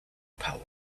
power